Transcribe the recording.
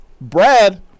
Brad